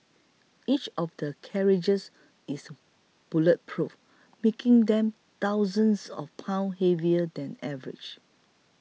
each of the carriages is bulletproof making them thousands of pounds heavier than average